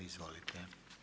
Izvolite.